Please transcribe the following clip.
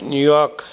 New York